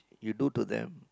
you do to them